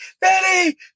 Betty